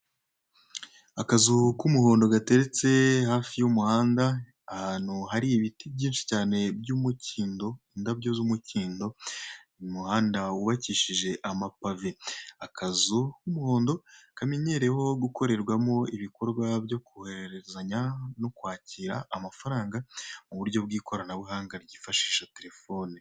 Akazu k'umuhondo gateretse hafi y'umuhanda ahantu har ibiti byinshi cyane by'umukindo, indabyo z'umukindo, umuhanda wubakishije amapave, akazu k'umuhondo, kamenyereweho gukorerwamo ibikorwa byo kohererezanya no kwakira amafaranga ku buryo bw'ikorana buhanga ryifashisha telefone.